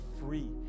free